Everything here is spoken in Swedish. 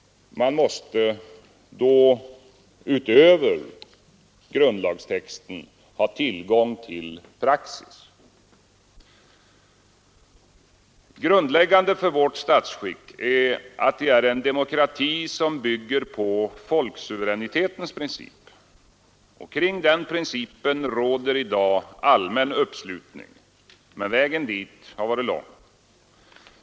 Man måste då utöver grundlagstexten ha tillgång till praxis. Grundläggande för vårt statsskick är att det är en demokrati som bygger på folksuveränitetens princip. Kring den principen råder i dag allmän uppslutning, men vägen dit har varit lång.